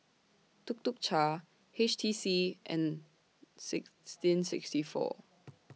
Tuk Tuk Cha H T C and sixteen sixty four